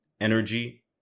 energy